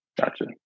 Gotcha